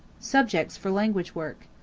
subjects for language work.